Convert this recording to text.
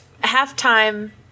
half-time